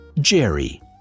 Jerry